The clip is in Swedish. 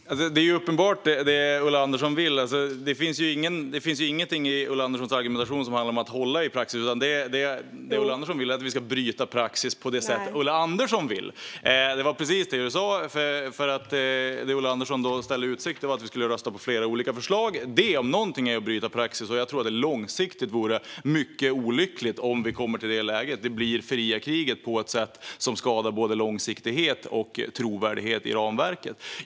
Herr talman! Det är uppenbart vad Ulla Andersson vill. Det finns ingenting i Ulla Anderssons argumentation som handlar om att följa praxis. : Jo!) Det som Ulla Andersson vill är att vi ska bryta praxis på det sätt som Ulla Andersson vill. : Nej!) Det var precis det du sa, Ulla Andersson. Det som Ulla Andersson ställde i utsikt var att vi skulle rösta på flera olika förslag. Detta om något vore att bryta praxis, och jag tror att det långsiktigt vore mycket olyckligt om vi kommer till det läget. Det blir fria kriget på ett sätt som skadar både långsiktighet och trovärdighet i ramverket.